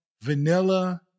vanilla